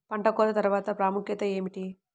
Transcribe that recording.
పంట కోత తర్వాత ప్రాముఖ్యత ఏమిటీ?